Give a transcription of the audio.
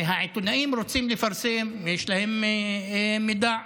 העיתונאים רוצים לפרסם, יש להם מידע.